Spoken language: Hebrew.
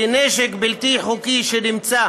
כי נשק בלתי חוקי שנמצא